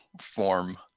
form